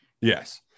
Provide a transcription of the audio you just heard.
yes